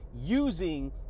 using